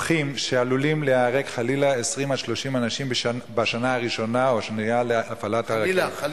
טענות מצד בעל הזיכיון להפעלת הרכבת המקומית